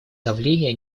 давления